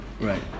Right